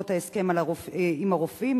בעקבות ההסכם עם הרופאים,